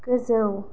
गोजौ